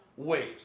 waves